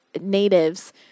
natives